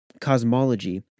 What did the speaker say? cosmology